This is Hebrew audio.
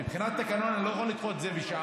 מבחינת התקנון אני לא יכול לדחות את זה בשעה.